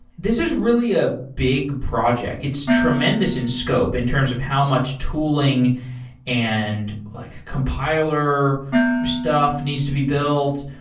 this is really a big project. it's tremendous in scope in terms of how much tooling and like compiler stuff needs to be built.